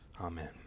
Amen